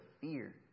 fear